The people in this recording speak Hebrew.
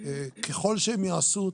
ככל שהם יעשו,